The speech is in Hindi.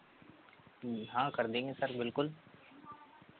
हाँ कर देंगे सर बिल्कुल